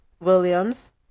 Williams